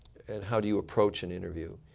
and how do you approach an interview.